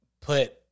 put